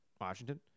Washington